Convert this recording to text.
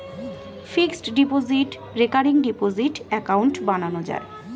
fixed deposit, recurring deposit account বানানো যায়